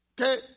Okay